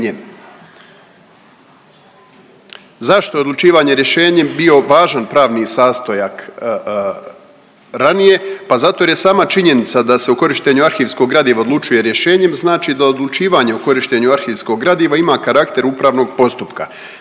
Zašto je odlučivanje rješenjem bio važan pravni sastojak ranije? Pa zato jer je sama činjenica da se o korištenju arhivskog gradiva odlučuje rješenjem znači da odlučivanje o korištenju arhivskog gradiva ima karakter upravnog postupaka,